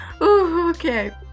okay